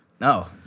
No